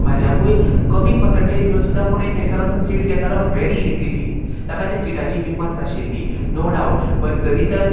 म्हाज्याकूय कमी पर्संटेज घेवन सुद्दां कोणूय थंयसर आसून सीट घेतालो वेरी इजिली ताका त्या सिटाची किम्मत नाशिल्ली नो डावट बट जरी तर